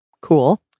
Cool